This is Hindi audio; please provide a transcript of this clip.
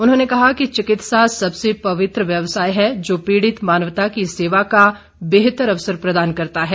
उन्होंने कहा कि चिकित्सा सबसे पवित्र व्यवसाय है जो पीड़ित मानवता की सेवा का बेहतर अवसर प्रदान करता है